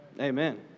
Amen